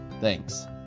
Thanks